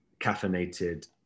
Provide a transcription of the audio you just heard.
caffeinated